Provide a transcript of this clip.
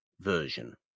version